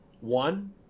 One